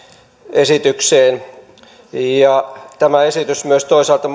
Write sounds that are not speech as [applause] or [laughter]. esitykseen tämä esitys toisaalta [unintelligible]